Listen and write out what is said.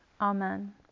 Amen